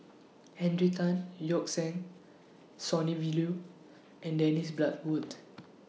Henry Tan Yoke See Sonny V Liew and Dennis Bloodworth